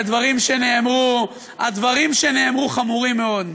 השם לא רלוונטי, הדברים שנאמרו חמורים מאוד.